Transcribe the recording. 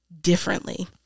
differently